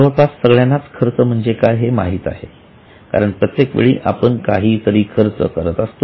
जवळपास सगळ्यांनाच खर्च म्हणजे काय हे माहित आहे कारण प्रत्येक वेळी आपण काही खर्च करत असतो